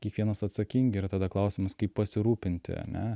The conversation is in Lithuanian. kiekvienas atsakingi ir tada klausimas kaip pasirūpinti ane